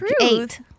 eight